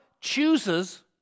chooses